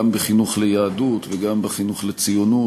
גם בחינוך ליהדות וגם בחינוך לציונות,